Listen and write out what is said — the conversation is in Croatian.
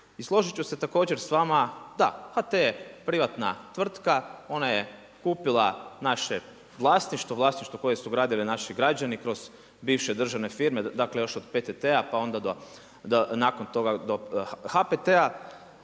I složit ću se također s vama, da HT je privatna tvrtka, ona je kupila naše vlasništvo, vlasništvo koje su gradili naši građani kroz bivše državne firme, dakle još od PTT-a, pa onda nakon toga do HPT-a.